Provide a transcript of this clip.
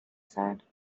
said